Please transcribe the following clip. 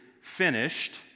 finished